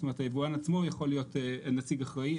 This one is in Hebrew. היבואן עצמו יכול להיות נציג אחראי,